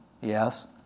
Yes